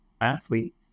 athlete